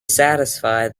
satisfy